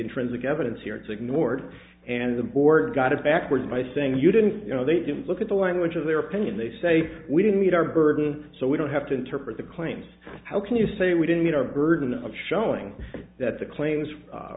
intrinsic evidence here it's ignored and the board got it backwards by saying you didn't you know they didn't look at the language of their opinion they say we didn't meet our burden so we don't have to interpret the claims how can you say we didn't get our burden of showing that the claims